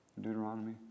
Deuteronomy